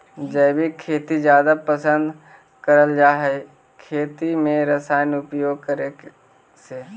जैविक खेती जादा पसंद करल जा हे खेती में रसायन उपयोग करे से